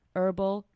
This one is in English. herbal